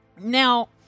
Now